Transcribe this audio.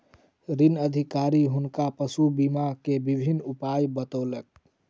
ऋण अधिकारी हुनका पशु बीमा के विभिन्न उपाय बतौलक